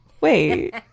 Wait